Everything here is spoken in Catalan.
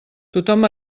tothom